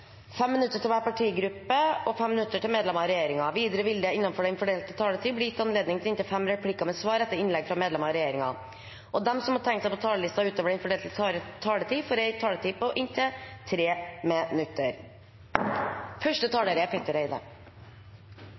fem replikker med svar etter innlegg fra medlemmer av regjeringen, og de som måtte tegne seg på talerlisten utover den fordelte taletid, får en taletid på inntil 3 minutter. Jeg er første taler, men det betyr ikke at jeg er